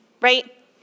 right